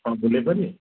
କ'ଣ ବୁଲାଇ ପାରିବେ